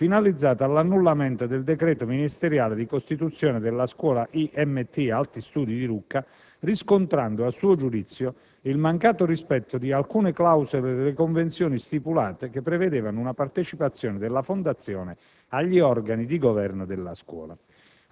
di Pisa per l'annullamento del decreto ministeriale di costituzione della scuola IMT Alti studi di Lucca, riscontrando a suo giudizio il mancato rispetto di alcune clausole delle convenzioni stipulate che prevedevano una partecipazione della Fondazione agli organi di governo della scuola.